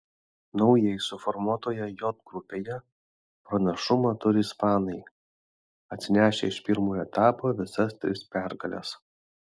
naujai suformuotoje j grupėje pranašumą turi ispanai atsinešę iš pirmojo etapo visas tris pergales